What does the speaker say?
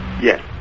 Yes